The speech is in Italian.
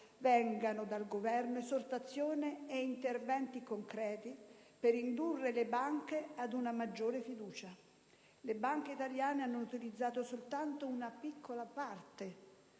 provengano dal Governo esortazioni e interventi concreti per indurre le banche ad una maggiore fiducia. Le banche italiane hanno utilizzato soltanto una piccola parte